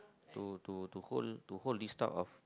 to to to hold to hold this type of